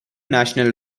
national